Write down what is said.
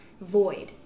void